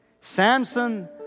Samson